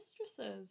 mistresses